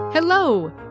Hello